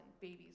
babies